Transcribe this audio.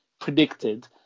predicted